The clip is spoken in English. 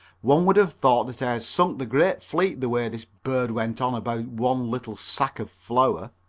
one would have thought that i had sunk the great fleet the way this bird went on about one little sack of flour.